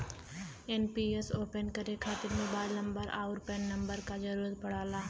NPS open करे खातिर mobile number आउर पैन नंबर क जरुरत पड़ला